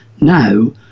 now